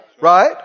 Right